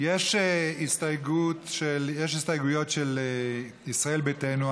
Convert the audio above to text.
יש הסתייגויות של ישראל ביתנו.